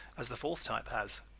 as the fourth type has.